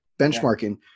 benchmarking